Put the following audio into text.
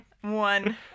One